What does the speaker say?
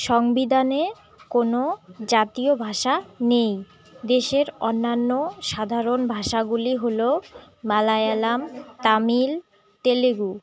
সংবিধানে কোনো জাতীয় ভাষা নেই দেশের অন্যান্য সাধারণ ভাষাগুলি হল মালায়ালম তামিল তেলেগু